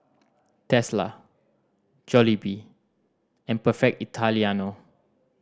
Tesla Jollibee and Perfect Italiano